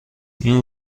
این